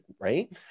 right